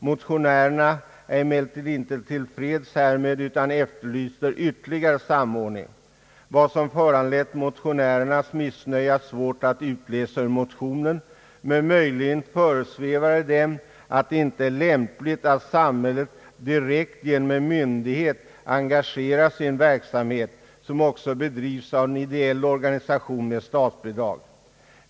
Motionärerna är emellertid inte till freds härmed utan efterlyser ytterligare samordning. Vad som föranlett motionärernas missnöje är svårt att utläsa ur motionerna, men möjligen föresvävar det dem att det inte är lämpligt att samhället direkt genom en myndighet engagerar sig i en verksamhet som också bedrivs av en ideell organisation med statsbidrag.